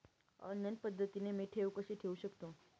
Online पद्धतीने मी ठेव कशी ठेवू शकतो?